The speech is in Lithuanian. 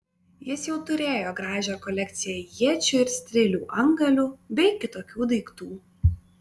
jis jau turėjo gražią kolekciją iečių ir strėlių antgalių bei kitokių daiktų